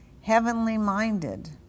heavenly-minded